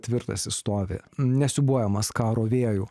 tvirtas jis stovi nesiūbuojamas karo vėjų